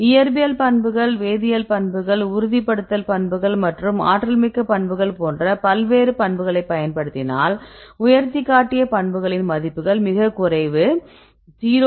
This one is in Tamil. இயற்பியல் பண்புகள் வேதியியல் பண்புகள் உறுதிப்படுத்தல் பண்புகள் மற்றும் ஆற்றல்மிக்க பண்புகள் போன்ற பல்வேறு பண்புகளை பயன்படுத்தினால் உயர்த்தி காட்டிய பண்புகளின் மதிப்புகள் மிகக் குறைவு 0